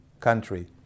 country